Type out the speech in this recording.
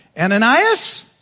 Ananias